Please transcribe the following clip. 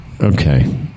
Okay